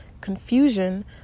confusion